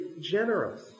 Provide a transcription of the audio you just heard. generous